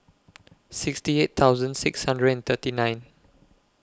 sixty eight thousand six hundred and thirty nine